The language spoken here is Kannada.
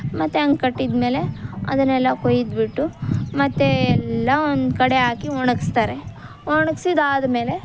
ಮತ್ತೆ ಹಂಗೆ ಕಟ್ಟಿದ್ಮೇಲೆ ಅದನ್ನೆಲ್ಲ ಕೊಯ್ದ್ಬಿಟ್ಟು ಮತ್ತೆ ಎಲ್ಲ ಒಂದು ಕಡೆ ಹಾಕಿ ಒಣಗಿಸ್ತಾರೆ ಒಣಗ್ಸಿದ್ದಾದ್ಮೇಲೆ